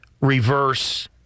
reverse